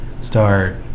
Start